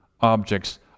objects